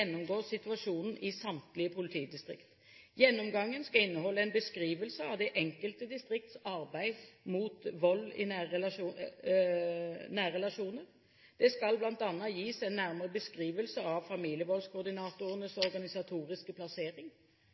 situasjonen i samtlige politidistrikt. Gjennomgangen skal inneholde en beskrivelse av det enkelte distrikts arbeid mot vold i nære relasjoner. Det skal bl.a. gis en nærmere beskrivelse av familievoldskoordinatorenes organisatoriske plassering,